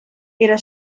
era